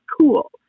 cool